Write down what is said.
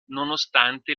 nonostante